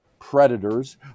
predators